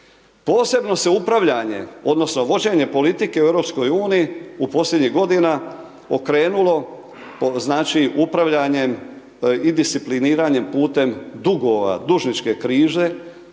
Posebno se upravljanje, odnosno, vođenje politike u EU, u posljednjih godina okrenulo upravljanjem i discipliniranjem putem dugova, dužničke krize.